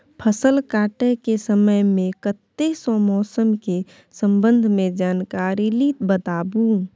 फसल काटय के समय मे कत्ते सॅ मौसम के संबंध मे जानकारी ली बताबू?